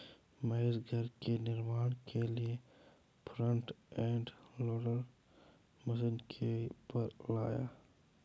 महेश घर के निर्माण के लिए फ्रंट एंड लोडर मशीन किराए पर लाया